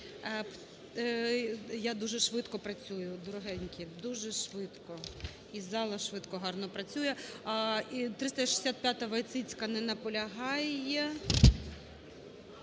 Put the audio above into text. Я дуже швидко працюю, дорогенькі, дуже швидко і зала швидко, гарно працює. І 365-а,Войціцька. Не наполягає.